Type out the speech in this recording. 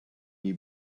you